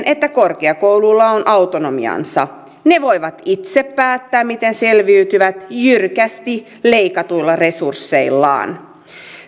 että korkeakouluilla on autonomiansa ne voivat itse päättää miten selviytyvät jyrkästi leikatuilla resursseillaan